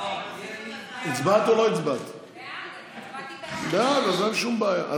אין שום בעיה.